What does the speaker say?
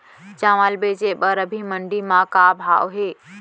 चांवल बेचे बर अभी मंडी म का भाव हे?